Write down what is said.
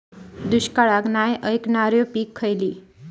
दुष्काळाक नाय ऐकणार्यो पीका खयली?